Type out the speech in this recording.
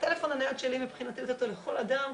הטלפון הנייד שלי, אני נותנת אותו לכל אדם.